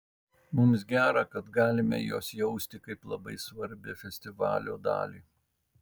mums gera kad galime juos jausti kaip labai svarbią festivalio dalį